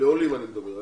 לעולים, אני מדבר.